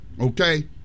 Okay